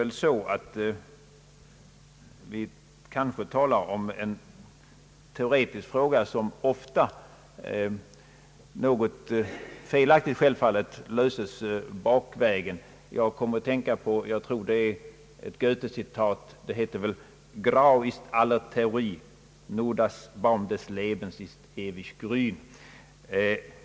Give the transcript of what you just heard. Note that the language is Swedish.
Nu talar vi kanske om en teoretisk fråga, som ofta — självfallet felaktigt — löses bakvärgen. Jag kom att tänka på Goethe-citatet »Grau, teurer Freund, ist alle Theorie und grön des Lebens goldner Baum».